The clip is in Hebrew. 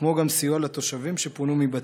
כמו גם סיוע לתושבים שפונו מבתיהם.